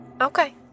okay